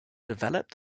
developed